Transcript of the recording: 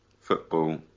football